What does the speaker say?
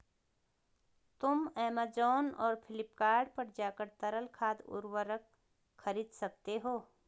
तुम ऐमेज़ॉन और फ्लिपकार्ट पर जाकर तरल खाद उर्वरक खरीद सकते हो